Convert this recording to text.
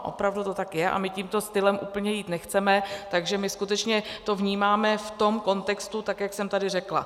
Opravdu to tak je a my tímto stylem úplně jít nechceme, takže my skutečně to vnímáme v tom kontextu, tak jak jsem tady řekla.